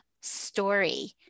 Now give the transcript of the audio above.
story